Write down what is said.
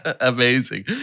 Amazing